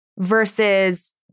versus